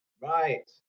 right